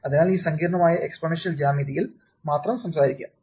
അതിനാൽ ഈ സങ്കീർണ്ണമായ എക്സ്പോണൻഷ്യൽ ജ്യാമിതിയിൽ മാത്രം സംസാരിക്കുക